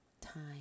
time